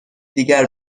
دیگر